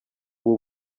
ubu